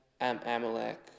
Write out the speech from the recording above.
Amalek